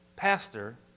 Pastor